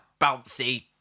bouncy